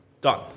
done